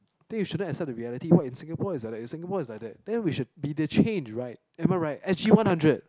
think you shouldn't accept the reality what in Singapore is like that in Singapore is like that then we should be the change right am I right S_G one hundred